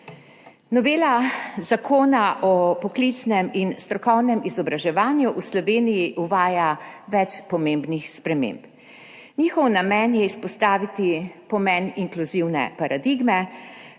Novela Zakona o poklicnem in strokovnem izobraževanju v Sloveniji uvaja več pomembnih sprememb. Njihov namen je izpostaviti pomen inkluzivne paradigme,